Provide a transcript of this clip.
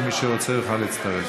ומי שרוצה יוכל להצטרף.